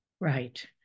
Right